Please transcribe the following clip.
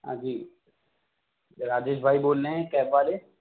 ہاں جی راجیش بھائی بول رہے ہیں کیب والے